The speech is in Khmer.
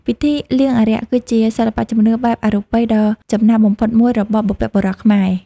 ពិធីលៀងអារក្ស គឺជាសិល្បៈជំនឿបែបអរូបិយដ៏ចំណាស់បំផុតមួយរបស់បុព្វបុរសខ្មែរ។